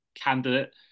candidate